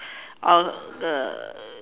uh the